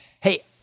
Hey